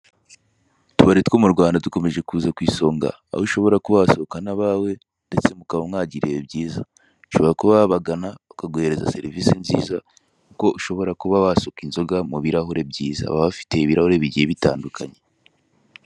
Utubari two mu Rwanda dukomeje kuza ku isonga, aho ushobora kuba wasohokana abawe ndetse mukaba mwagira ibihe byiza, ushobora kuba wabagana bakaguhereza serivise nziza kuko ushobora kuba wasuka inzoga mu birahure byiza, baba bafite ibirahure bigiye bitandukanye.